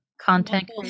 content